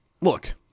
look